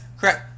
correct